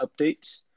updates